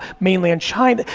mainly in china,